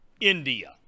India